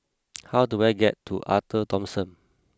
how do I get to Arte Thomson